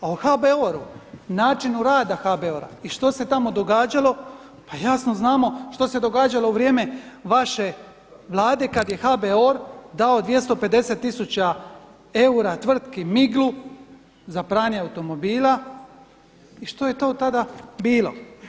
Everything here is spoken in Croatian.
A o HBOR-u, načinu rada HBOR-a i što se tamo događalo pa jasno znamo što se događalo u vrijeme vaše Vlade kad je HBOR dao 250000 eura tvrtki Miglu za pranje automobila i što je to tada bilo.